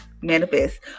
manifest